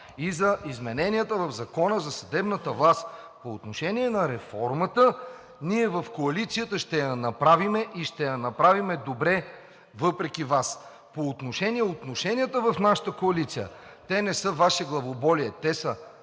и за измененията в Закона за съдебната власт. По отношение на реформата ние в коалицията ще я направим и ще я направим добре въпреки Вас. По отношение отношенията в нашата коалиция – те не са Ваше главоболие, те са